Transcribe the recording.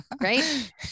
Right